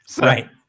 Right